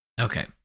Okay